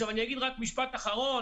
אני אגיד רק משפט אחרון,